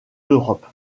d’europe